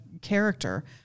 character